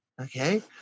Okay